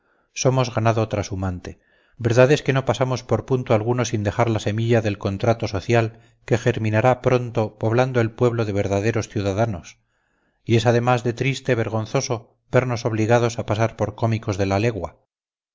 somos ganado trashumante verdad es que no pasamos por punto alguno sin dejar la semilla del contrato social que germinará pronto poblando el suelo de verdaderos ciudadanos y es además de triste vergonzoso vernos obligados a pasar por cómicos de la legua